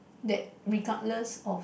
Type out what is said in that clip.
that regardless of